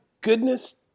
goodness